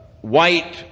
white